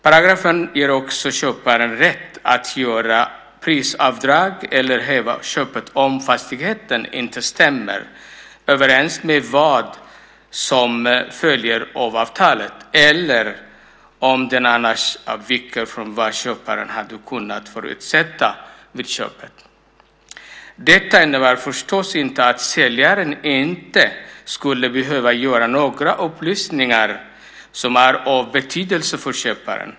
Paragrafen ger också köparen rätt att göra prisavdrag eller häva köpet om fastigheten inte stämmer överens med vad som följer av avtalet eller om den annars avviker från vad köparen hade kunnat förutsätta vid köpet. Detta innebär förstås inte att säljaren inte skulle behöva ge några upplysningar som är av betydelse för köparen.